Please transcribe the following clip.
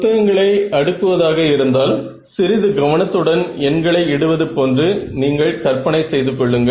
புத்தகங்களை அடுக்குவதாக இருந்தால் சிறிது கவனத்துடன் எண்களை இடுவது போன்று நீங்கள் கற்பனை செய்து கொள்ளுங்கள்